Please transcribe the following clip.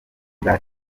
bwa